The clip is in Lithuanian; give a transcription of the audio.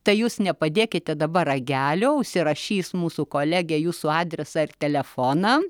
tai jus nepadėkite dabar ragelio užsirašys mūsų kolegė jūsų adresą ir telefoną